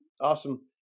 awesome